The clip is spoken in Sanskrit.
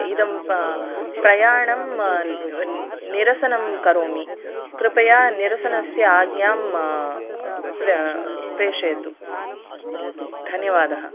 इदं पा प्रयाणं निरसनं करोमि कृपया निरसनस्य आज्ञां प्र प्रेषयतु धन्यवादः